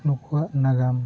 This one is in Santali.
ᱱᱩᱠᱩᱣᱟᱜ ᱱᱟᱜᱟᱢ